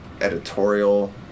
editorial